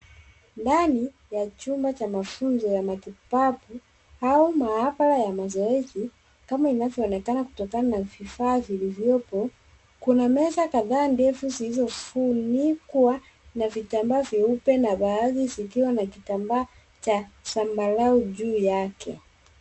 Ndani ya chumba cha mafunzo ya matibabu au maabara ya mazoezi kama inavyoonekana kutokana na vifaa vilivyopo, kuna meza kadhaa ndefu zilizofunikwa na vitamba vyeupe na baadhi zikiwa na kitambaa cha zambarau juu yake.